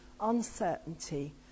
uncertainty